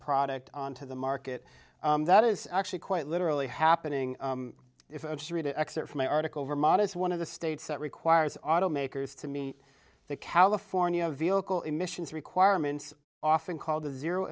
product onto the market that is actually quite literally happening if i just read an excerpt from an article vermont is one of the states that requires automakers to meet the california vehicle emissions requirements often called a zero